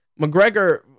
McGregor